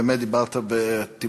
באמת דיברת בתמצות.